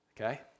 Okay